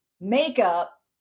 makeup